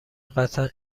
قطعا